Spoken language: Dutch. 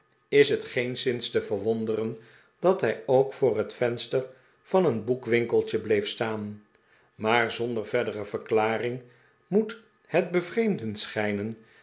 is het geenszins te verwonderen dat hij ook voor het venster van een boekwinkeltje bleef staan maar zonder verdere verklaring moet het bevreemdend schijnen